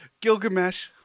Gilgamesh